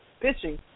pitching